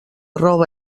roba